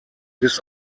bis